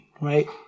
right